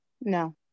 No